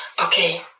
Okay